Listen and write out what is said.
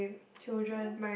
children